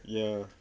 ya